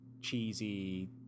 cheesy